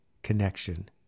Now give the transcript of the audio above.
connection